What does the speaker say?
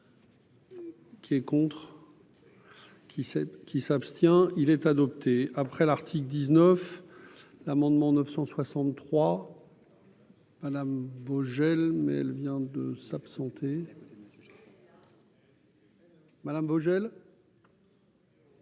Qui c'est qui s'abstient, il est adopté, après l'article 19 l'amendement 963. Madame Bougel, mais elle vient de s'absenter. Madame Vogel.